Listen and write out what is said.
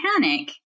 panic